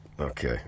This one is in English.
Okay